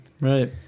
right